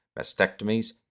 mastectomies